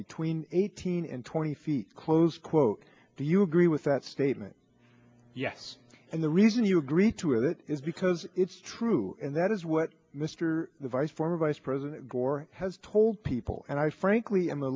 between eighteen and twenty feet close quote do you agree with that statement yes and the reason you agreed to it is because it's true and that is what mr vice former vice president gore has told people and i frankly am a